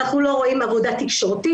אנחנו לא רואים עבודה תקשורתית,